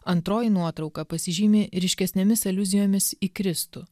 antroji nuotrauka pasižymi ryškesnėmis aliuzijomis į kristų